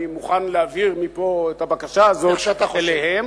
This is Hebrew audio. אני מוכן להעביר מפה את הבקשה הזאת אליהם,